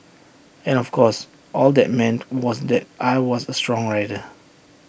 and of course all that meant was that I was A songwriter